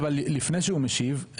לפני שהוא משיב,